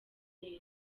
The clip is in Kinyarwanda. neza